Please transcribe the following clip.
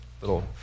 little